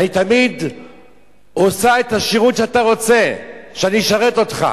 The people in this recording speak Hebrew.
אני תמיד עושה את השירות שאתה רוצה שאני אשרת אותך,